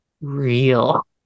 real